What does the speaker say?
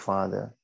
Father